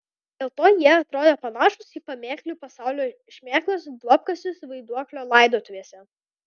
dėl to jie atrodė panašūs į pamėklių pasaulio šmėklas duobkasius vaiduoklio laidotuvėse